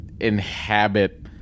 inhabit